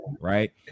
right